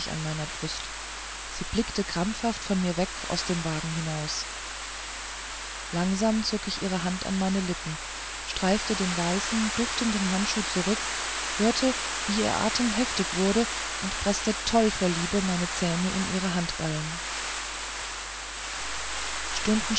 an meiner brust sie blickte krampfhaft von mir weg aus dem wagen hinaus langsam zog ich ihre hand an meine lippen streifte den weißen duftenden handschuh zurück hörte wie ihr atem heftig wurde und preßte toll vor liebe meine zähne in ihren handballen